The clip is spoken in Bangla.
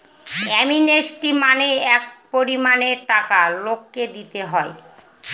অ্যামনেস্টি মানে এক পরিমানের টাকা লোককে দিতে হয়